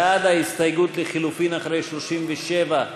ההסתייגות (37) לחלופין של קבוצת סיעת המחנה הציוני,